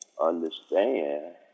understand